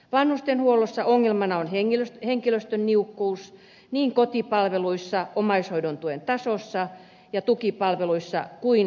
vanhustenhuollossa ongelmana on henkilöstön niukkuus niin kotipalveluissa omaishoidon tuen tasossa ja tukipalveluissa kuin laitoshoidossa